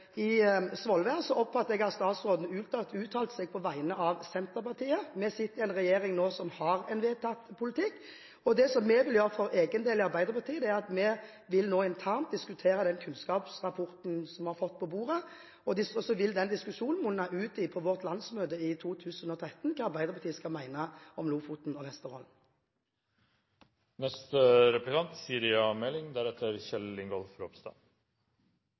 i Svolvær, oppfattet jeg at statsråden uttalte seg på vegne av Senterpartiet. Vi sitter i en regjering som har en vedtatt politikk. Det vi vil gjøre for egen del i Arbeiderpartiet, er å diskutere internt den kunnskapsrapporten vi har fått på bordet. Så vil den diskusjonen på vårt landsmøte i 2013 munne ut i hva Arbeiderpartiet skal mene om Lofoten og